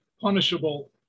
punishable